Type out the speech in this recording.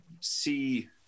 see